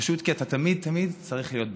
פשוט כי אתה תמיד תמיד צריך להיות בהיכון.